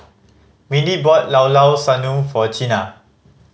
Mindi bought Llao Llao Sanum for Chynna